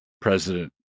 President